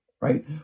right